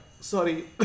Sorry